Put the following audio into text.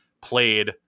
played